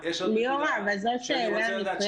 ליאורה, אבל זו שאלה נפרדת.